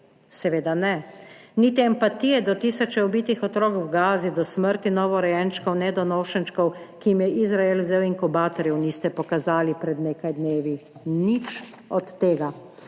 Seveda ne. Niti empatije do tisoče ubitih otrok v Gazi, do smrti novorojenčkov, nedonošenčkov, ki jim je Izrael vzel inkubatorje, niste pokazali pred nekaj dnevi. Nič od tega.